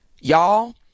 y'all